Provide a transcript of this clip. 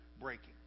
breaking